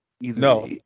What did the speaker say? No